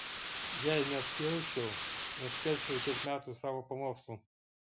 jei neatjausčiau neskelbčiau tiek metų savo pamokslų